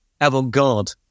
avant-garde